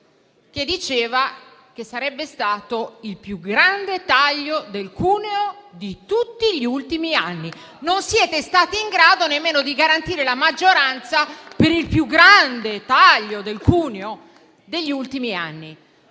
che diceva che sarebbe stato il più grande taglio del cuneo di tutti gli ultimi anni. Non siete stati in grado nemmeno di garantire la maggioranza per il più grande taglio del cuneo degli ultimi anni.